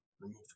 remove